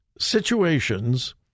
Situations